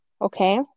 okay